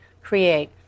create